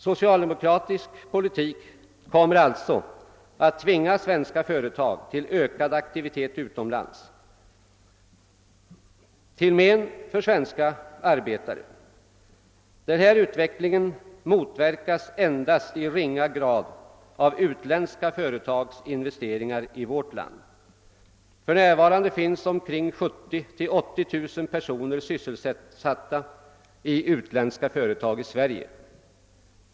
Socialdemokratisk politik kommer alltså att tvinga svenska företag till ökad aktivitet utomlands, till men för sven ska arbetare. Denna utveckling motsvaras endast i ringa grad av utländska företags investeringar i vårt land. För närvarande finns 70 000—80 000 personer sysselsatta inom utländska företag i Sverige.